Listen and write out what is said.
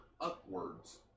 upwards